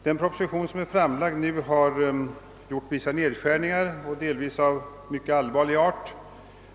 Den proposition som nu är framlagd har företagit vissa nedskärningar, delvis av mycket allvarlig art.